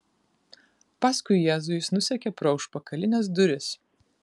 paskui jėzų jis nusekė pro užpakalines duris